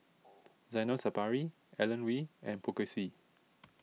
Zainal Sapari Alan Oei and Poh Kay Swee